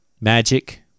Magic